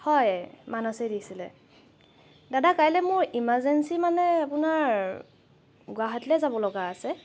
হয় মানছে দিছিলে দাদা কাইলৈ মোৰ ইমাৰ্জেঞ্চি মানে আপোনাৰ গুৱাহাটীলৈ যাব লগা আছে